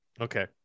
Okay